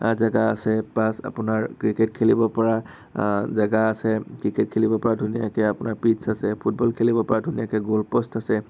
জেগা আছে পাছ আপোনাৰ ক্ৰিকেট খেলিব পৰা জেগা আছে ক্ৰিকেট খেলিব পৰা ধুনীয়াকে আপোনাৰ পিটছ আছে ফুটবল খেলিব পৰা ধুনীয়াকে গ'ল প'ষ্ট আছে